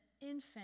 infant